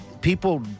People